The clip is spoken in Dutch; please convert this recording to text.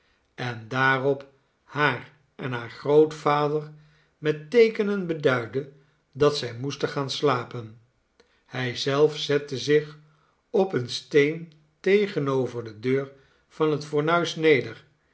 en daarop haar en haar grootvader met teekenen beduidde dat zij moesten gaan slapen hij zelf zette zich op een steen tegenover de deur van het fornuis neder